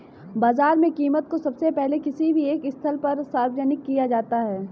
बाजार में कीमत को सबसे पहले किसी भी एक स्थल पर सार्वजनिक किया जाता है